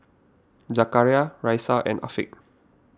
Zakaria Raisya and Afiq